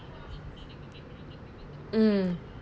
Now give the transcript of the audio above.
mm